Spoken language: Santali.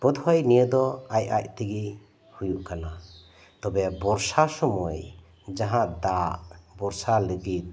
ᱵᱚᱫᱷᱚᱭ ᱱᱤᱭᱟᱹ ᱫᱚ ᱟᱡ ᱟᱡᱛᱮᱜᱮ ᱦᱩᱭᱩᱜ ᱠᱟᱱᱟ ᱛᱚᱵᱮ ᱵᱚᱨᱥᱟ ᱥᱳᱢᱚᱭ ᱡᱟᱦᱟᱸ ᱫᱟᱜ ᱵᱚᱨᱥᱟ ᱞᱟᱹᱜᱤᱫ